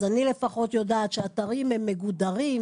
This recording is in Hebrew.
אז אני לפחות יודעת שאתרים הם מגודרים,